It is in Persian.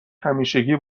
همیشگی